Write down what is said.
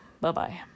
Bye-bye